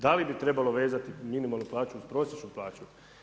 Da li bi trebalo vezati minimalnu plaću uz prosječnu plaću?